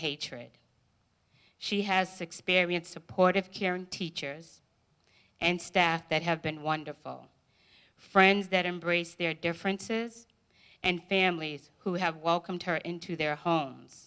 hatred she has experienced supportive caring teachers and staff that have been wonderful friends that embrace their differences and families who have welcomed her into their homes